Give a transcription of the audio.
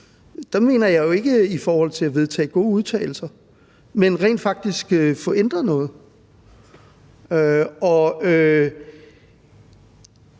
der mener jeg ikke i forhold til at vedtage gode udtalelser, men rent faktisk at få ændret noget. Og der